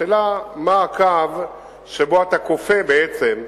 השאלה מה הקו שבו אתה כופה, בעצם,